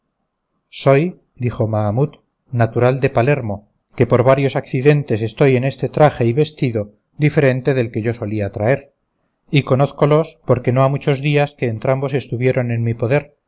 soy dijo mahamut natural de palermo que por varios accidentes estoy en este traje y vestido diferente del que yo solía traer y conózcolos porque no ha muchos días que entrambos estuvieron en mi poder